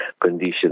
condition